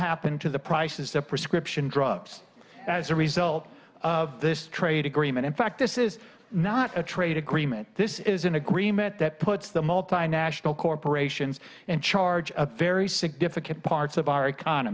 happen to the prices the prescription drugs as a result of this trade agreement in fact this is not a trade agreement this is an agreement that puts the multinational corporations in charge a very significant parts of our